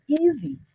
easy